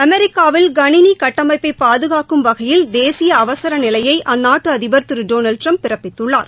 அமெிக்காவில் கணினி கட்டமைப்பை பாதுகாக்கும் வகையில் தேசிய அவசர நிலையை அந்நாட்டு அதிபர் திரு டொனால்டு ட்டிரம்ப் பிறப்பித்துள்ளார்